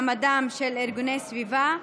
מעמדם של ארגוני סביבה),